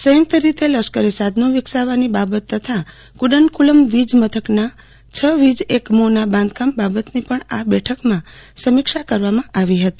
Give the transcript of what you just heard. સંયુક્ત રીતે લશ્કરી સાધનો વિકસાવવાની બાબત તથા કુડન્કુલમ વીજ મથકના છ વીજ એકમોની બાંધકામની બાબતની પણ બેઠકમાં સમીક્ષા થઇ હતી